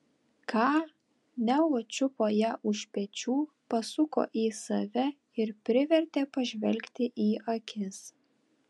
ką neo čiupo ją už pečių pasuko į save ir privertė pažvelgti į akis